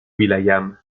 william